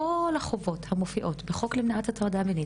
כל החובות המופיעות בחוק למניעת הטרדה מינית